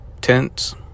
tents